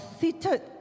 seated